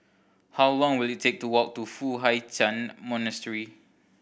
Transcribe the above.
how long will it take to walk to Foo Hai Ch'an Monastery